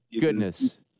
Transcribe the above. goodness